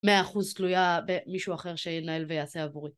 מאה אחוז תלויה במישהו אחר שינהל ויעשה עבורי.